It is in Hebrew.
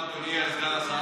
מה הביצוע, אדוני סגן השר?